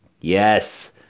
Yes